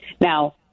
now